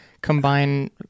combine